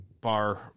bar